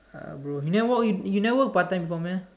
uh bro you never work you never work part time before meh